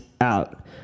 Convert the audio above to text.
out